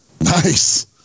Nice